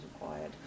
required